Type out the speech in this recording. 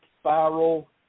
Spiral